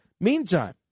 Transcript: Meantime